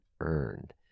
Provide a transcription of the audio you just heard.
earned